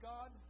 God